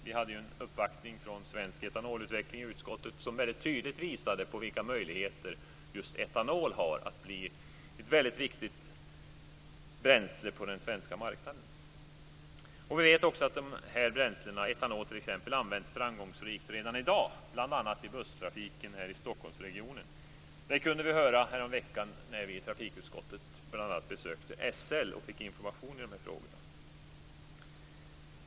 Vi hade ju en uppvaktning från Svensk etanolutveckling i utskottet som väldigt tydligt visade på vilka möjligheter just etanol har att bli ett mycket viktigt bränsle på den svenska marknaden. Vi vet också att de här bränslena, t.ex. etanol, används framgångsrikt redan i dag, bl.a. i busstrafiken här i Stockholmsregionen. Det kunde vi höra häromveckan när vi i trafikutskottet bl.a. besökte SL och fick information om de här frågorna.